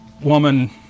woman